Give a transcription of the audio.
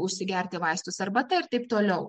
užsigerti vaistus arbata ir taip toliau